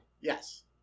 Yes